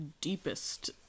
deepest